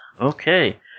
Okay